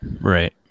Right